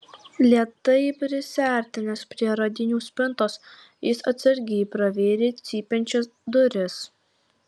lėtai prisiartinęs prie radinių spintos jis atsargiai pravėrė cypiančias duris